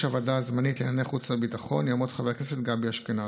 הוועדה הזמנית לענייני חוץ וביטחון יעמוד חבר הכנסת גבי אשכנזי.